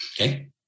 Okay